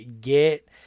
get